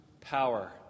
power